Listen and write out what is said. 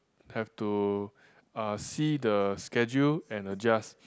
have to uh see the schedule and adjust